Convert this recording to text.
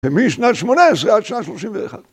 ומשנת שמונה עשרה עד שנה שלושים ואחת.